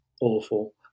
awful